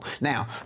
Now